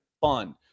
fun